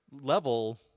level